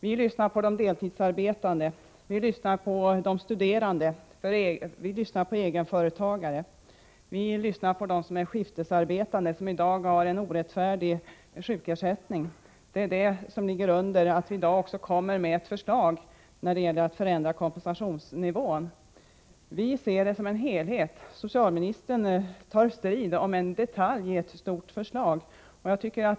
Vi lyssnar på de deltidsarbetande, de studerande, egenföretagare, dem som är skiftarbetande och som i dag har en orättfärdig sjukersättning. Det är det som är bakgrunden till att vi i dag lägger fram förslag om att förändra kompensationsnivån. Vi ser vårt förslag som en helhet, men socialministern tar strid om en detalj i detta stora förslag.